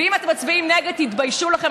ואם אתם מצביעים נגד, תתביישו לכם.